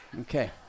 Okay